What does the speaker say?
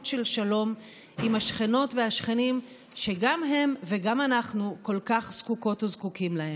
של שלום עם השכנות והשכנים שגם הם וגם אנחנו כל כך זקוקות וזקוקים להם.